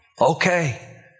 Okay